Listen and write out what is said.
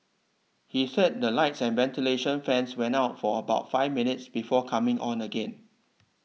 he said the lights and ventilation fans went out for about five minutes before coming on again